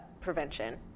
prevention